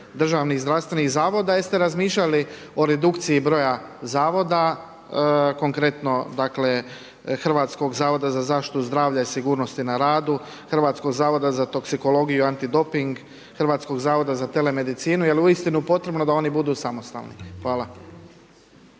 državnih zdravstvenih zavoda. Jeste li razmišljali o redukciji broja zavoda konkretno dakle Hrvatskog zavoda za zaštitu zdravlja i sigurnosti na radu, Hrvatskog zavoda za toksikologiju i antidoping, Hrvatskog zavoda za telemedicinu? Jel uistinu potrebno da oni budu samostalni? Hvala.